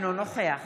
אינו נוכח